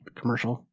commercial